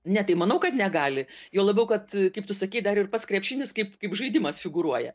ne tai manau kad negali juo labiau kad kaip tu sakei dar ir pats krepšinis kaip kaip žaidimas figūruoja